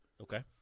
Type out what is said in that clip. Okay